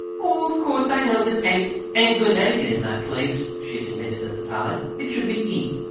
of course i know that ate ain't good etiquette in that place, she had admitted at the time. it should be eat.